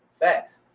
Facts